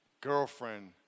girlfriend